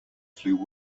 flew